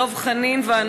חבר הכנסת דב חנין ואנוכי,